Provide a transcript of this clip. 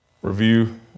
Review